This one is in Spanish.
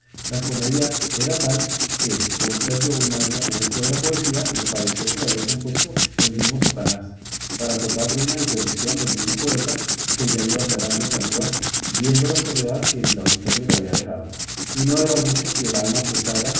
la comedia era tal que con ser yo un asno en esto de la poesía me pareció que la había compuesto el mismo satanás para total ruina y perdición del mismo poeta que ya iba tragando saliva viendo la soledad en que el auditorio le había dejado y no era mucho si el alma présaga